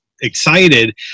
excited